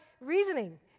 reasoning